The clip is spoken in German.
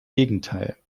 gegenteil